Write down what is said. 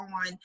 on